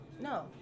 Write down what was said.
No